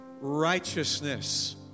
righteousness